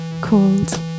called